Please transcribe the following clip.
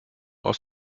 aus